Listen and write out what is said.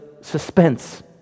suspense